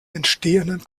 entstehenden